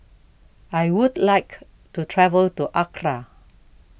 I would like to travel to Accra